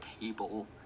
table